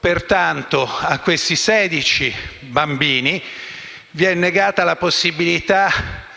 Pertanto, a questi 16 bambini viene negata la possibilità